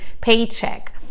paycheck